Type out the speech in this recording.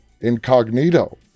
incognito